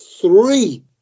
three